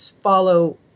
follow